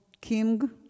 king